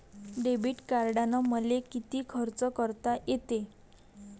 Debit कार्डानं मले किती खर्च करता येते?